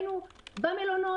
היינו במלחמות,